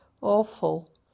Awful